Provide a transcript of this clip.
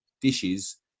dishes